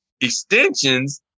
extensions